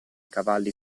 cavalli